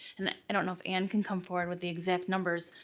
and i don't know if ann can come forward with the exact numbers?